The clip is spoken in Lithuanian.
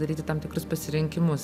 daryti tam tikrus pasirinkimus